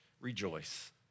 Rejoice